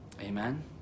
Amen